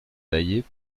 taillée